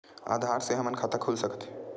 आधार से हमर खाता खुल सकत हे?